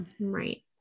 Right